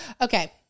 okay